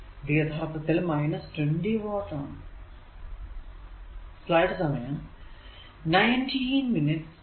ഇത് യഥാർത്ഥത്തിൽ 20 വാട്ട് ആണ്